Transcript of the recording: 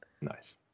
Nice